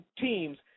teams